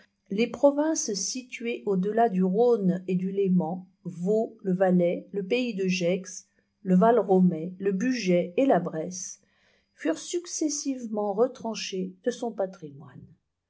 les provinces situées au-delà du rhône et du léman vaud le valais le pays de gex le valromey le bugey et la bresse furent successivement retranchées de son patrimoine